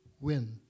win